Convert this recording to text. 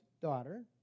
daughter